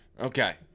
Okay